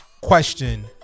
question